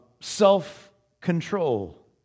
self-control